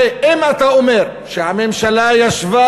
ואם אתה אומר שהממשלה ישבה,